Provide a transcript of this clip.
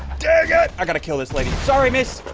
daggit i gotta kill this lady. sorry miss